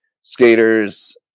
skaters